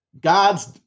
God's